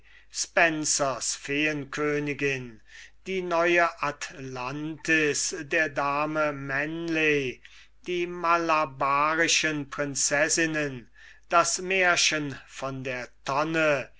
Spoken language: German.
die feenkönigin des spencer die neue atlantis der dame manley die malabarischen prinzessinnen das märchen von der tonne